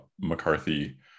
mccarthy